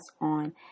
on